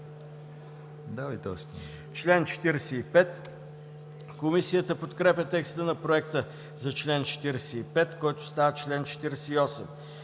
чл. 45. Комисията подкрепя текста на проекта за чл. 44, който става чл. 46.